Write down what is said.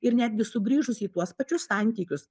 ir netgi sugrįžus į tuos pačius santykius